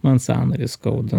man sąnarį skauda